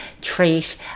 treat